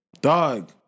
Dog